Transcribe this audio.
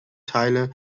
teile